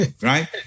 Right